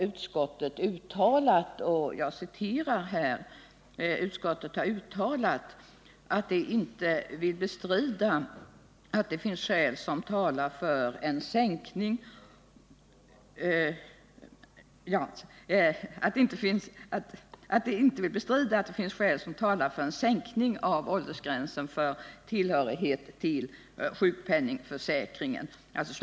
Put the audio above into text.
Utskottet har tidigare uttalat ”att det inte vill bestrida att det finns skäl som talar för en sänkning av åldersgränsen för tillhörighet till sjukpenningförsäkringen”.